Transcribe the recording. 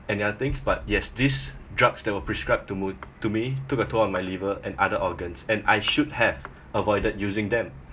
any other things but yes these drugs that were prescribed to mot~ to me took a toll on my liver and other organs and I should have avoided using them